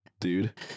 Dude